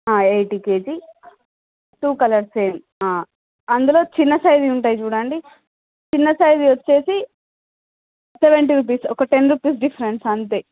eighty KG two colours same అందులో చిన్న సైజువి ఉంటాయి చూడండి చిన్న సైజు వచ్చేసి సెవెంటీ రూపీస్ ఒక టెన్ రూపీస్ డిఫరెన్స్ అంతే